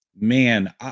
man